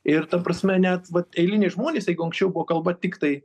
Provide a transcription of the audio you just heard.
ir ta prasme net vat eiliniai žmonės jeigu anksčiau buvo kalba tiktai